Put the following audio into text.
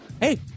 Hey